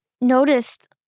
noticed